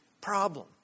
problem